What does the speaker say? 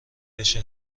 بشه